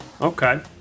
Okay